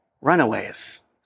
runaways